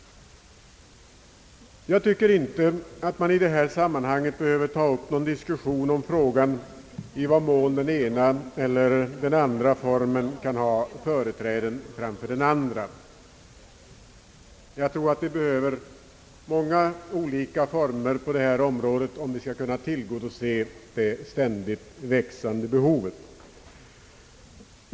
Jag tycker inte att man behöver i detta sammanhang ta upp någon diskussion om frågan i vad mån den ena eller den andra formen skall ha företräde framför den andra. Jag tror att vi behöver många olika former på detta område, om vi skall kunna tillgodose det ständigt växande behovet.